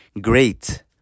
great